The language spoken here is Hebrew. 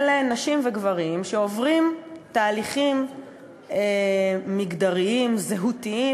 אלה נשים וגברים שעוברים תהליכים מגדריים זהותיים,